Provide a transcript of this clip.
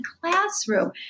classroom